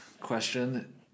question